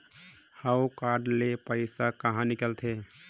हव कारड ले पइसा कहा निकलथे?